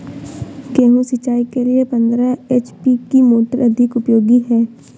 गेहूँ सिंचाई के लिए पंद्रह एच.पी की मोटर अधिक उपयोगी है?